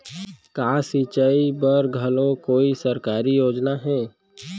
का सिंचाई बर घलो कोई सरकारी योजना हे?